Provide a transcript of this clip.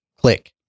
click